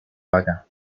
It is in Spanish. vaca